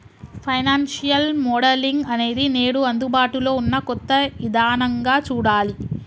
financial modelling అనేది నేడు అందుబాటులో ఉన్న కొత్త ఇదానంగా చూడాలి